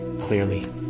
clearly